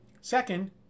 Second